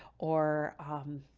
or, um,